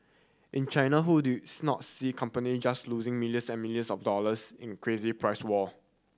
in China who do you not see company just losing millions and millions of dollars in crazy price war